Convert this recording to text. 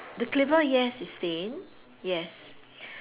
the cleaver yes it's stained yes